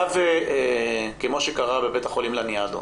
היה וכמו שקרה בבית החולים לניאדו,